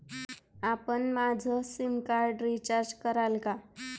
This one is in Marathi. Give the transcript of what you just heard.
आपण माझं सिमकार्ड रिचार्ज कराल का?